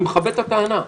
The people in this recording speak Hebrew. אני מכבד את הטענה,